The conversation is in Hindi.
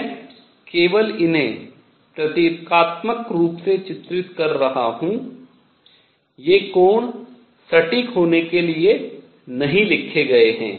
मैं केवल इन्हें प्रतीकात्मक रूप से चित्रित कर रहा हूँ ये कोण सटीक होने के लिए नहीं लिखे गए हैं